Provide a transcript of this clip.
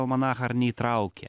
almanachą ar neįtraukė